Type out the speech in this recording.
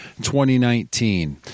2019